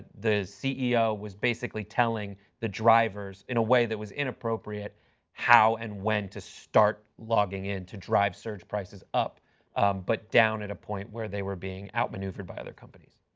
the ceo was basically telling the drivers in a way that was inappropriate how and when to start logging into drive search prices up but down at a point where they were being outmaneuvered by other companies.